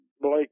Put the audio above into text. Blake